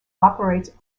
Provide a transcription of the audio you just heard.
operates